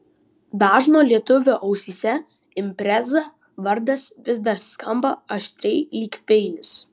dažno lietuvio ausyse impreza vardas vis dar skamba aštriai lyg peilis